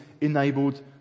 enabled